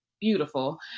beautiful